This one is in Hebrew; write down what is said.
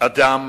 אדם